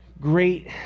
great